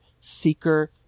Seeker